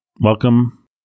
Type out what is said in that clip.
Welcome